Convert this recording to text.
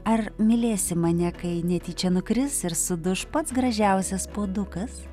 ar mylėsi mane kai netyčia nukris ir suduš pats gražiausias puodukas